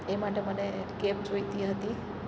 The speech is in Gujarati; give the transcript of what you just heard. એ માટે મને કેબ જોઈતી હતી